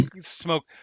smoke